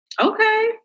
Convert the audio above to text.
okay